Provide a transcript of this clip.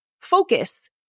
focus